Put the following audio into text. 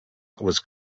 was